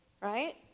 right